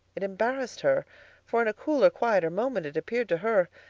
it embarrassed her for in a cooler, quieter moment it appeared to her,